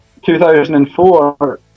2004